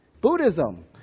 Buddhism